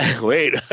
wait